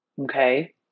Okay